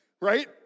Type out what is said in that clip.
right